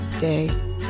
day